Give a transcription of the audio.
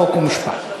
חוק ומשפט.